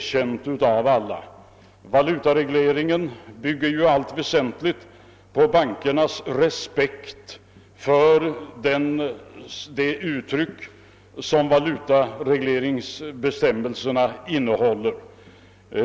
Valutaregleringen bygger i allt väsentligt på att bankerna respekterar bestämmelsernas innehåll.